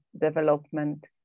development